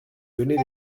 donner